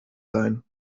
sein